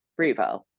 Revo